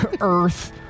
earth